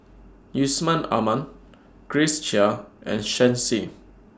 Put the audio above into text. Yusman Aman Grace Chia and Shen Xi